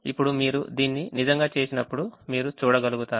ఇప్పుడు మీరు దీన్ని నిజంగా చేసినప్పుడు మీరు చూడగలుగుతారు